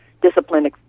discipline